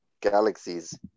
galaxies